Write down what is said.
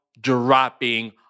dropping